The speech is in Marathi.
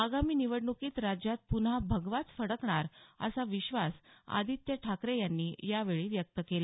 आगामी निवडण्कीत राज्यात पुन्हा भगवाच फडकणार असा विश्वास आदित्य ठाकरे यांनी यावेळी व्यक्त केला